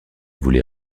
voulait